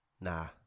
Nah